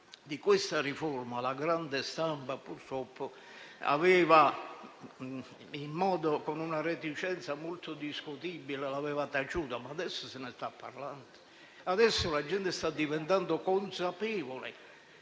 di questa riforma, anche se la grande stampa purtroppo, con una reticenza molto discutibile, l'aveva taciuta, adesso se ne sta parlando e la gente sta diventando consapevole.